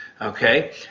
okay